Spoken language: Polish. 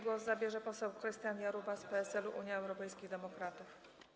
Głos zabierze poseł Krystian Jarubas, PSL - Unia Europejskich Demokratów.